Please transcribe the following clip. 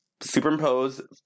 superimpose